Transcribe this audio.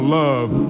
love